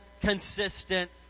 consistent